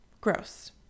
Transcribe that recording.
gross